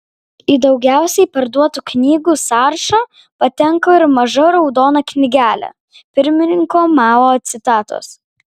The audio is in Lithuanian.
į daugiausiai parduotų knygų sąrašą patenka ir maža raudona knygelė pirmininko mao citatos